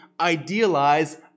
idealize